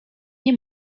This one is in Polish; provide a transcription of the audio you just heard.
nie